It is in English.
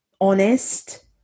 honest